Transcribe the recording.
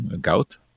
gout